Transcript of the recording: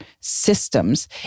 systems